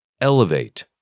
Elevate